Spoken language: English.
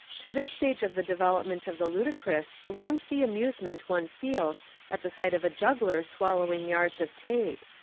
to this stage of the development of the ludi crous belongs the amusement one feels at the sight of a juggler swallowing yards of tape,